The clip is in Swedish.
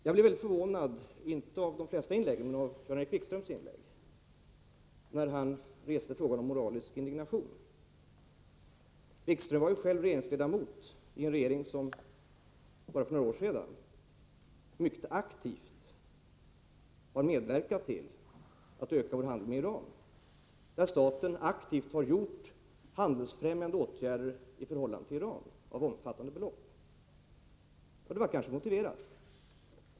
Jag blev förvånad — inte av de flesta inläggen men av Jan-Erik Wikströms inlägg när han reste frågan om moralisk indignation. Wikström var ju själv regeringsledamot i en regering som bara för några år sedan mycket aktivt medverkade till att öka vår handel med Iran. Staten vidtog då för omfattande belopp handelsfrämjande åtgärder i förhållande till Iran. Det var kanske motiverat.